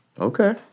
Okay